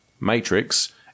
matrix